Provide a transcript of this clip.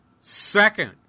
Second